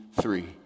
three